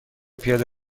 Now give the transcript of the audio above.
پیاده